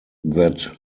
that